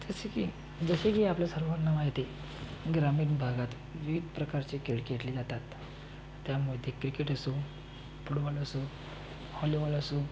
जसे की जसे की आपल्या सर्वांना माहितीये ग्रामीन भागात विविद प्रकारचे खेळ खेडले जातात त्यामध्ये क्रिकेट असो फुडबॉल असो हॉलीबॉल असो